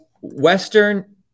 Western